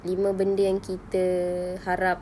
lima benda yang kita harap